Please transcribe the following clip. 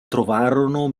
trovarono